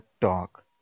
talk